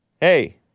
Hey